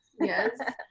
Yes